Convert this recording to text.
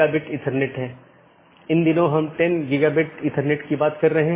BGP AS के भीतर कार्यरत IGP को प्रतिस्थापित नहीं करता है